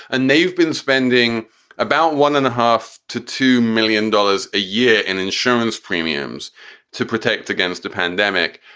and they've been spending about one and a half to two million dollars a year in insurance premiums to protect against a pandemic,